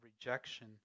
rejection